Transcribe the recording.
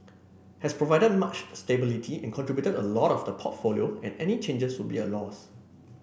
has provided much stability and contributed a lot to the portfolio and any changes would be a loss